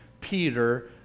Peter